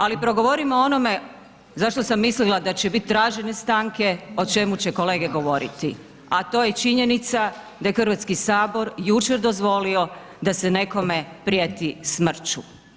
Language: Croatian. Ali progovorimo o onome za što sam mislila da će biti tražene stanke o čemu će kolege govoriti, a to je činjenica da je Hrvatski sabor jučer dozvolio da se nekome prijeti smrću.